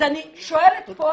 אז אני שואלת פה,